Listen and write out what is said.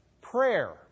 Prayer